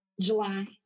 July